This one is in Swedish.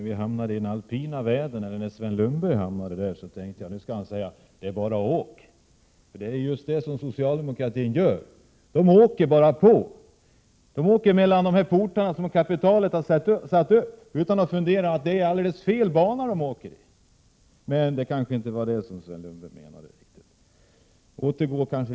Fru talman! När Sven Lundberg hamnade i den alpina världen tänkte jag att han skulle säga: H"ä bar å åk. Det är nämligen just det som socialdemokratin gör: Man åker bara på mellan de portar som kapitalet har satt upp utan att reflektera över om det är rätt bana man kör i. Men det var kanske inte riktigt det som Sven Lundberg menade.